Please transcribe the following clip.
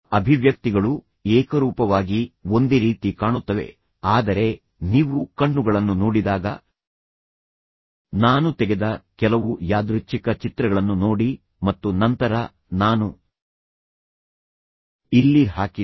ಅಭಿವ್ಯಕ್ತಿಗಳು ಏಕರೂಪವಾಗಿ ಒಂದೇ ರೀತಿ ಕಾಣುತ್ತವೆ ಆದರೆ ನೀವು ಕಣ್ಣುಗಳನ್ನು ನೋಡಿದಾಗ ನಾನು ತೆಗೆದ ಕೆಲವು ಯಾದೃಚ್ಛಿಕ ಚಿತ್ರಗಳನ್ನು ನೋಡಿ ಮತ್ತು ನಂತರ ನಾನು ಇಲ್ಲಿ ಹಾಕಿದ್ದೇನೆ